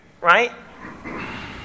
right